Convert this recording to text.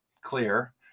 clear